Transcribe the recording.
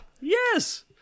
Yes